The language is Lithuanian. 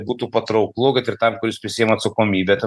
būtų patrauklu kad ir tam kuris prisiima atsakomybę ta